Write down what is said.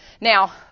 Now